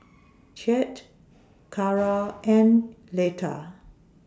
Chet Cara and Letta